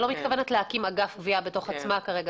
שלא מתכוונת להקים אגף גבייה בתוך עצמה כרגע